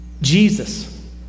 Jesus